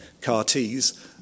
CAR-Ts